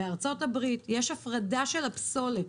בארצות-הברית יש הפרדה של הפסולת,